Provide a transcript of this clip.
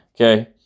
Okay